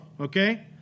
okay